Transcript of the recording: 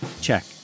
check